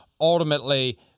ultimately